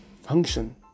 function